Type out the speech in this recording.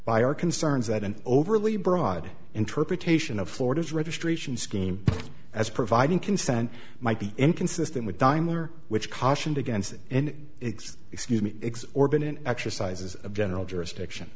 by our concerns that an overly broad interpretation of florida's registration scheme as providing consent might be inconsistent with dime or which cautioned against it and exist excuse me x or been in exercises of general jurisdiction